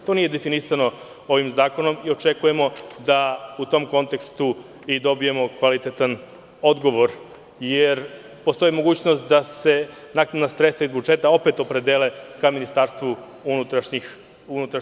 To nije definisano ovim zakonom i očekujemo da u tom kontekstu dobijemo kvalitetan odgovor, jer postoji mogućnost da se naknadna sredstva iz budžeta opet opredele ka MUP.